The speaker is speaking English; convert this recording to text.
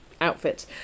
outfit